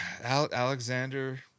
alexander